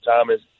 Thomas